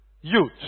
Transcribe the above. youth